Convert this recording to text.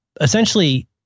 essentially